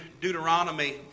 Deuteronomy